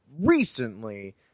recently